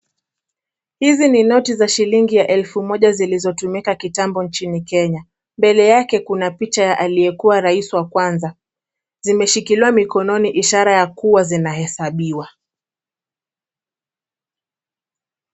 Hizi ni noti za shilingi elfu moja zilizotumika kitambo nchini Kenya. Mbele yake kuna picha ya aliyekuwa rais wa kwanza. Zimeshikiliwa mikononi ishara ya kuwa zina hesabiwa.